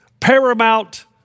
paramount